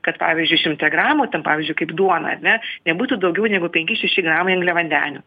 kad pavyzdžiui šimte gramų ten pavyzdžiui kaip duona ar ne nebūtų daugiau negu penki šeši gramai angliavandenių